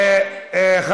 תיקח אותו.